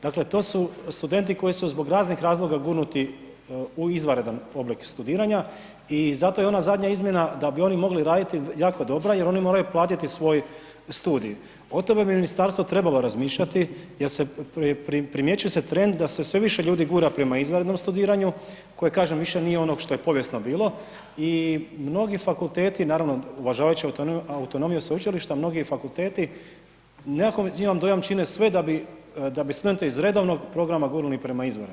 Dakle to su studenti koji su zbog raznih razloga gurnuti u izvanredan oblik studiranja i zato je ona zadnja izmjena da bi oni mogli raditi jako dobro jer oni moraju platiti svoj studij, o tome bi ministarstvo trebalo razmišljati jer primjećuje se trend da se sve više ljudi gura prema izvanrednom studiranju, koje kažem, više nije ono što je povijesno bilo i mnogi fakulteti, naravno uvažavajući autonomiju sveučilišta, mnogi fakulteti nekako imam dojam, čine sve da bi studente iz redovnog programa gurnuli prema izvanrednima.